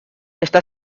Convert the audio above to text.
está